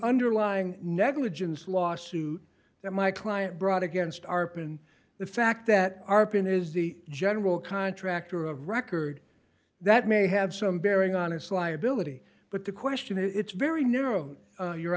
underlying negligence lawsuit that my client brought against arpan the fact that r p n is the general contractor of record that may have some bearing on his liability but the question is it's very narrow your